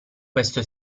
questo